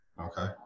okay